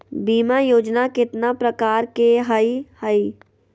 बीमा योजना केतना प्रकार के हई हई?